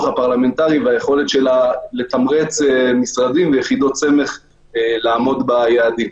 הפרלמנטרית והיכולת שלה לתמרץ משרדים ויחידות סמך לעמוד ביעדים.